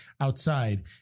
outside